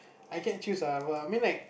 I can't choose ah bro I mean like